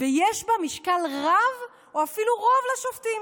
ויש בה משקל רב או אפילו רוב לשופטים.